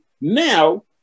now